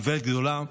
באיוולת גדולה,